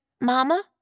mama